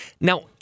Now